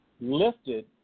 lifted